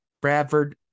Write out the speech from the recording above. Bradford